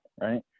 right